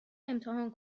امتحان